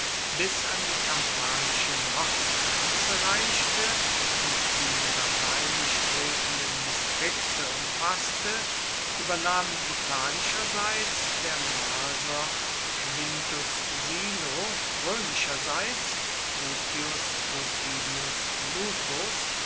bis an die kampanische nordgrenze reichte und die lateinisch redenden distrikte umfaßte übernahmen italischerseits der marser quintus silo römischerseits publius rutilius lupus